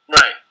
Right